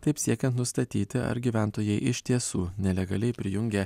taip siekiant nustatyti ar gyventojai iš tiesų nelegaliai prijungė